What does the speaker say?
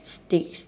sticks